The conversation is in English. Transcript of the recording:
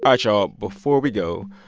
right, y'all. before we go,